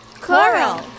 Coral